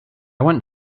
went